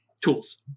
tools